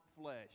flesh